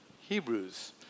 Hebrews